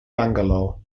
bangalore